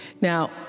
Now